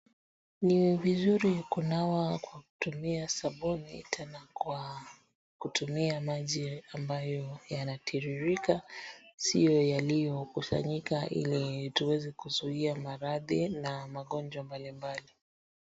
Ni vizuri kunawa kwa kutumia sabuni tena kwa kutumia maji ambayo yanatiririrka siyo yaliyokusanyika ili tuweze kuzuia maradhi na magonjwa mbalimbali.